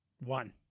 one